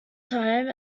time